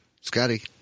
Scotty